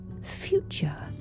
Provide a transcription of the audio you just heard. future